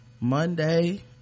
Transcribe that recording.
Monday